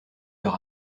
leur